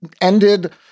ended